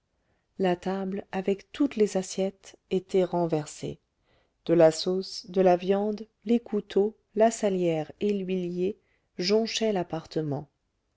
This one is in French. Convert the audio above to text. la table avec toutes les assiettes était renversée de la sauce de la viande les couteaux la salière et l'huilier jonchaient l'appartement